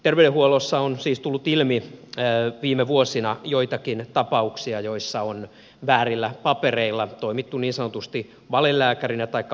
terveydenhuollossa on siis tullut ilmi viime vuosina joitakin tapauksia joissa on väärillä papereilla toimittu niin sanotusti valelääkärinä taikka valehoitajina